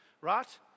right